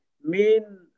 main